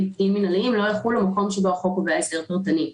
דין מינהליים לא יחולו במקום שבו החוק קובע הסדר פרטני,